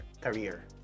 career